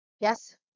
Yes